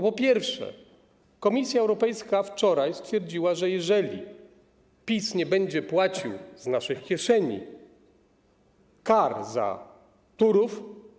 Po pierwsze, Komisja Europejska wczoraj stwierdziła, że jeżeli PiS nie będzie płacił, z naszych kieszeni, kar za Turów.